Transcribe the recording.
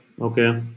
Okay